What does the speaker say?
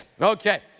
Okay